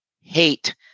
hate